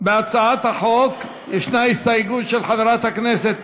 בהצעת החוק יש הסתייגות של חברת הכנסת